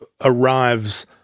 arrives